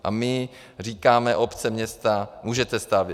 A my říkáme: Obce, města, můžete stavět.